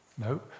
no